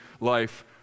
life